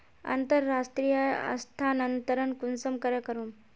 अंतर्राष्टीय स्थानंतरण कुंसम करे करूम?